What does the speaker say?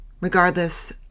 Regardless